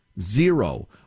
zero